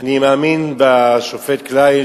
אני מאמין בשופט קליין,